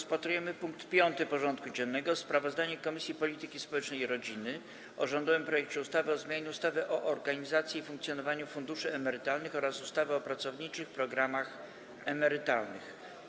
Powracamy do rozpatrzenia punktu 5. porządku dziennego: Sprawozdanie Komisji Polityki Społecznej i Rodziny o rządowym projekcie ustawy o zmianie ustawy o organizacji i funkcjonowaniu funduszy emerytalnych oraz ustawy o pracowniczych programach emerytalnych.